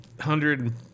hundred